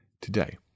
today